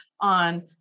on